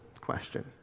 question